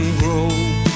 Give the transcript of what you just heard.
grow